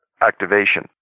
activation